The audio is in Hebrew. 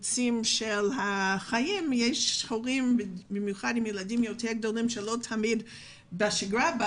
יש הורים לילדים יותר גדולים שיש להם אילוצים ולא תמיד גם בשגרה הם